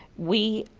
we